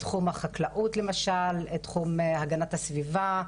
תחום החקלאות למשל, תחום הגנת הסביבה,